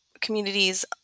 communities